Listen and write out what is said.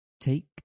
Take